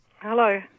Hello